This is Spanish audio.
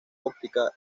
óptica